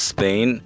Spain